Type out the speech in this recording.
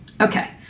Okay